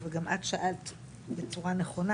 וגם את שאלת בצורה נכונה,